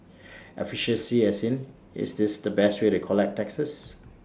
efficiency as in is this the best way to collect taxes